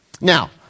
Now